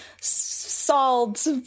salt